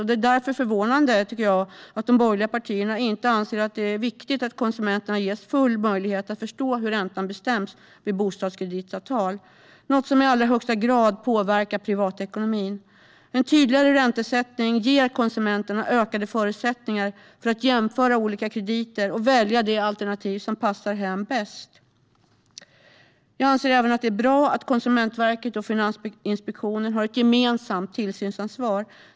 Det är därför förvånande att de borgerliga partierna inte anser att det är viktigt att konsumenterna ges full möjlighet att förstå hur räntan bestäms vid bostadskreditavtal, något som i allra högsta grad påverkar privatekonomin. En tydligare räntesättning ger konsumenten ökade förutsättningar för att jämföra olika krediter och välja det alternativ som passar hen bäst. Jag anser även att det är bra att Konsumentverket och Finansinspektionen har ett gemensamt tillsynsansvar.